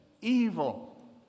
evil